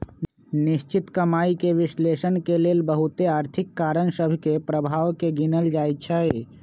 निश्चित कमाइके विश्लेषण के लेल बहुते आर्थिक कारण सभ के प्रभाव के गिनल जाइ छइ